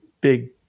big